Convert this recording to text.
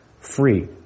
free